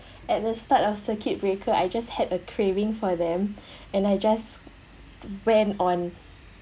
at the start of circuit breaker I just had a craving for them and I just went on